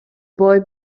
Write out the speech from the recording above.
boy